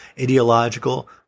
ideological